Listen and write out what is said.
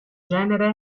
genere